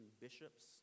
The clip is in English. bishops